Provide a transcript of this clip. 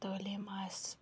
تٲلیم آسہِ